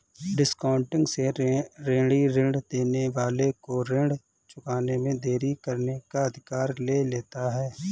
discounting से ऋणी ऋण देने वाले को ऋण चुकाने में देरी करने का अधिकार ले लेता है